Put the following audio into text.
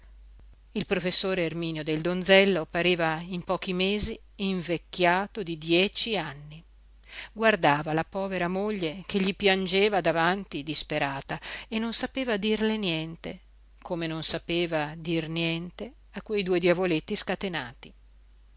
il professor erminio del donzello pareva in pochi mesi invecchiato di dieci anni guardava la povera moglie che gli piangeva davanti disperata e non sapeva dirle niente come non sapeva dir niente a quei due diavoletti scatenati